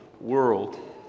world